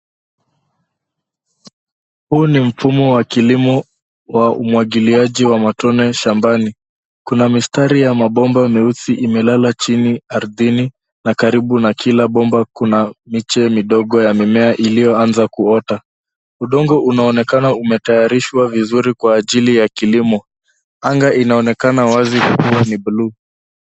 Huu ni mfumo wa kilimo wa umwagiliaji wa matone shambani. Kuna mistari ya mabomba meusi ime lala chini ardhini na karibu na kila bomba kuna miche midogo ya mimea iliyo anza kuota. Udongo unaonekana ume tayarishwa vizuri kwa ajili ya kilimo. Anga inaonekana wazi ikiwa ni bluu.